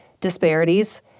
disparities